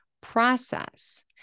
process